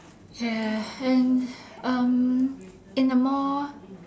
ya and um in a more